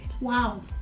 Wow